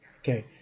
Okay